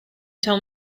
tell